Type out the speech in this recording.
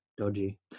Dodgy